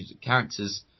characters